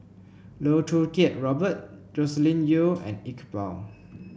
Loh Choo Kiat Robert Joscelin Yeo and Iqbal